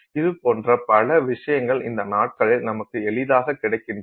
இதுபோன்ற பல விஷயங்கள் இந்த நாட்களில் நமக்கு எளிதாக கிடைக்கின்றன